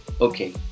okay